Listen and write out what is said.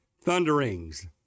thunderings